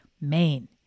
Maine